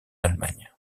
allemagne